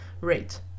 rate